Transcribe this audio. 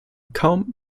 kaum